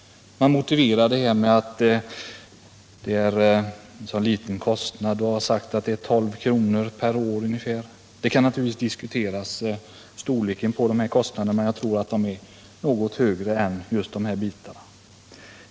Man motiverar detta med att kostnaden är så liten; det har sagts att den är ungeför 12 kr. per år. Storleken på kostnaderna kan naturligtvis diskuteras; jag tror att de är något högre.